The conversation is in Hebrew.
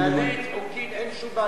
מבחינה מינהלית חוקית אין שום בעיה.